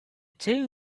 two